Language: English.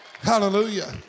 Hallelujah